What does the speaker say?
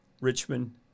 Richmond